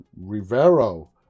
Rivero